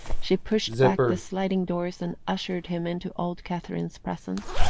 she pushed back the sliding doors and ushered him into old catherine's presence.